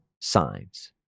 signs